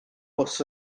bws